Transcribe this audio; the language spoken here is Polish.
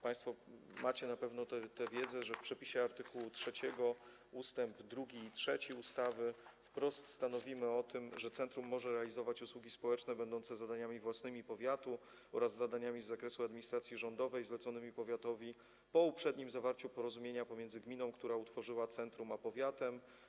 Państwo macie na pewno tę wiedzę, że w przepisie art. 3 ust. 2 i 3 ustawy wprost stanowimy, że centrum może realizować usługi społeczne będące zadaniami własnymi powiatu oraz zadaniami z zakresu administracji rządowej zleconymi powiatowi po uprzednim zawarciu porozumienia pomiędzy gminą, która utworzyła centrum, a powiatem.